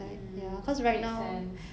mm makes sense